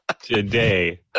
today